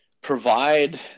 Provide